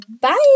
Bye